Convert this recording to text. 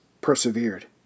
persevered